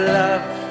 love